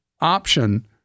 option